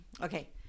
okay